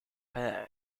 hair